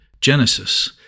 Genesis